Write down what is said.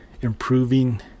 improving